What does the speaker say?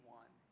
one